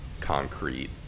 concrete